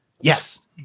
Yes